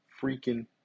freaking